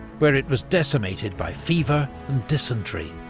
where it was decimated by fever and dysentery.